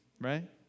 right